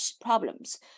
problems